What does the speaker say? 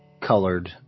colored